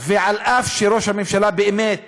ואף שראש הממשלה באמת